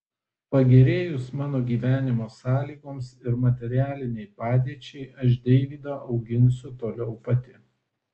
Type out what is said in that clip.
pagerėjus mano gyvenimo sąlygoms ir materialinei padėčiai aš deivydą auginsiu toliau pati